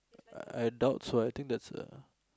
I doubt so I think that's a